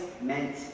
meant